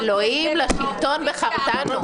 אלוהים לשלטון בחרתנו.